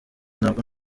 nabwo